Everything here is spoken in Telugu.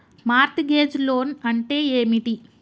మార్ట్ గేజ్ లోన్ అంటే ఏమిటి?